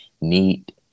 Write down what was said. neat